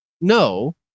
No